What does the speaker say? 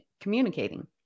communicating